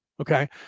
Okay